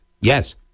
Yes